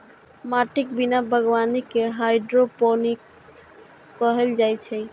माटिक बिना बागवानी कें हाइड्रोपोनिक्स कहल जाइ छै